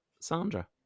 sandra